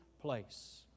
Place